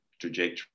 trajectory